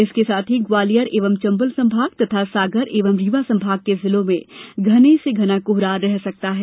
इसके साथ ही ग्वालियर एवं चंबल संभाग तथा सागर एवं रीवा संभाग के जिलों में घने से घना कोहरा रह सकता है